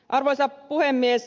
arvoisa puhemies